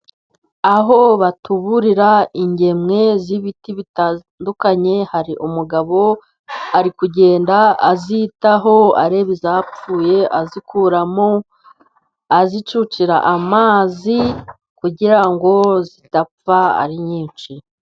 Aho batuburira ingemwe z'ibiti bitandukanye, hari umugabo ari kugenda azitaho, areba izapfuye azikuramo, azicucira amazi, kugira ngo zidapfa ari nyinshi.